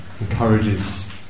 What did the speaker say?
encourages